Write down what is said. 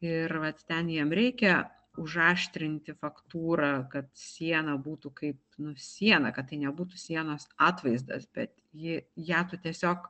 ir vat ten jam reikia užaštrinti faktūrą kad siena būtų kaip nu siena kad tai nebūtų sienos atvaizdas bet ji ją tu tiesiog